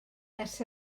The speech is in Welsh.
ers